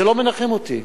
זה לא מנחם אותי.